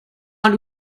man